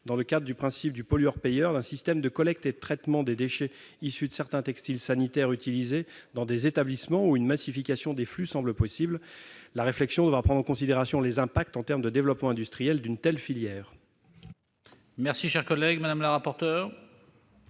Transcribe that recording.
dans le cadre du principe du pollueur-payeur, d'un système de collecte et de traitement des déchets issus de certains textiles sanitaires utilisés dans des établissements où une massification des flux semble possible. Cette réflexion devra prendre en considération les impacts en termes de développement industriel d'une telle filière. Quel est l'avis de la commission